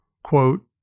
quote